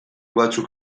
batzuk